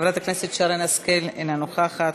חברת הכנסת שרן השכל, אינה נוכחת.